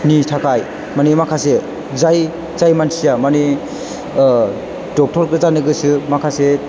नि थाखाय मानि माखासे जाय जाय मानसिया मानि डक्टर जानो गोसो माखासे